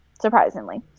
surprisingly